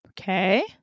Okay